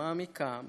מעמיקה,